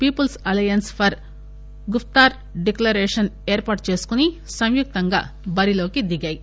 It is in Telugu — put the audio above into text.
peoples alliance for Gupkar declaration ఏర్పాటు చేసుకుని సంయుక్తంగా బరిలోకి దిగాయి